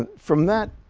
and from that